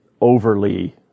overly